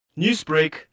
Newsbreak